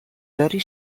داری